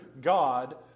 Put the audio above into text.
God